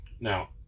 Now